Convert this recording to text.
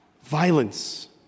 violence